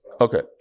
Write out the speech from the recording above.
Okay